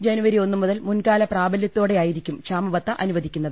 ജനുവരി ഒന്നു മുതൽ മുൻകാല പ്രാബല്യത്തോടെ യായിരിക്കും ക്ഷാമ ബത്ത അനുവദിക്കുന്നത്